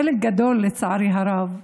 חלק גדול, לצערי הרב,